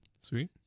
Sweet